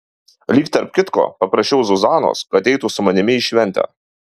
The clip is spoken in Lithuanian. lyg tarp kitko paprašiau zuzanos kad eitų su manimi į šventę